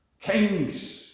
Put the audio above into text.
Kings